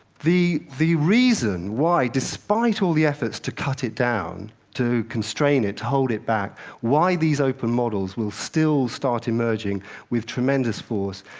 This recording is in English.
the the reason why despite all the efforts to cut it down, to constrain it, to hold it back why these open models will still start emerging with tremendous force,